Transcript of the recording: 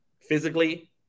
Physically